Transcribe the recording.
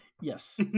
yes